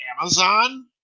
Amazon